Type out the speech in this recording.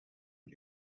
een